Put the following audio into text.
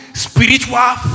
Spiritual